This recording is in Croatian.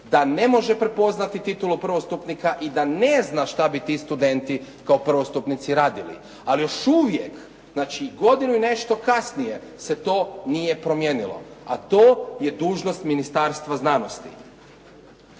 da ne može prepoznati titulu prvostupnika i da ne zna što bi ti studenti kao prvostupnici radili. Ali još uvijek, znači godinu i nešto kasnije se to nije promijenilo, a to je dužnost Ministarstva znanosti.